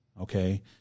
okay